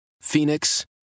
Phoenix